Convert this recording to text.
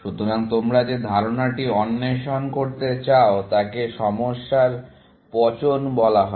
সুতরাং তোমরা যে ধারণাটি অন্বেষণ করতে চাও তাকে সমস্যার পচন বলা হয়